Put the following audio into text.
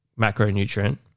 macronutrient